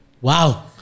Wow